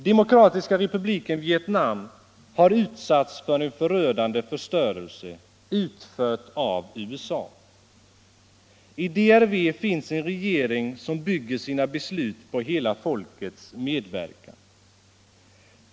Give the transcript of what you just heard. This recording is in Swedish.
Demokratiska republiken Vietnam har utsatts för en förödande förstörelse utförd av USA. I DRV finns en regering som bygger sina beslut på hela folkets medverkan.